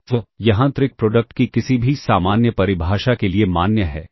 तो यह आंतरिक प्रोडक्ट की किसी भी सामान्य परिभाषा के लिए मान्य है